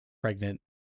pregnant